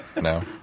No